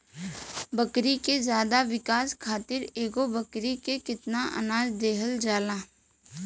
बकरी के ज्यादा विकास खातिर एगो बकरी पे कितना अनाज देहल जाला?